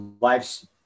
life's